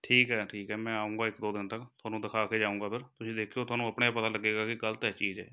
ਠੀਕ ਹੈ ਠੀਕ ਹੈ ਮੈਂ ਆਉਂਗਾ ਇੱਕ ਦੋ ਦਿਨ ਤੱਕ ਤੁਹਾਨੂੰ ਦਿਖਾ ਕੇ ਜਾਊਂਗਾ ਫਿਰ ਤੁਸੀਂ ਦੇਖਿਓ ਤੁਹਾਨੂੰ ਆਪਣੇ ਆਪ ਪਤਾ ਲੱਗੇਗਾ ਕਿ ਗ਼ਲਤ ਹੈ ਇਹ ਚੀਜ਼ ਇਹ